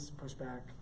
pushback